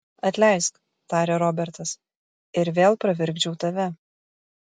atleisk tarė robertas ir vėl pravirkdžiau tave